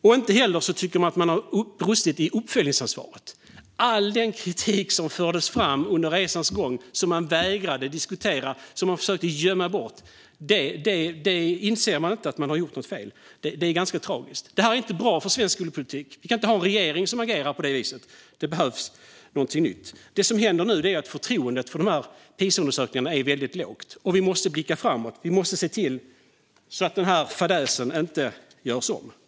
Regeringen tycker inte heller att den har brustit i uppföljningsansvaret. När det gäller all kritik som fördes fram under resans gång, som man vägrade diskutera och försökte gömma, inser man inte att man har gjort något fel. Det är ganska tragiskt. Detta är inte bra för svensk skolpolitik. Vi kan inte ha en regering som agerar på det viset, utan det behövs något nytt. Det som händer nu är att förtroendet för Pisaundersökningarna blir väldigt lågt. Vi måste blicka framåt. Vi måste se till att denna fadäs inte görs om.